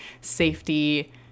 safety